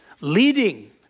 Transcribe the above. Leading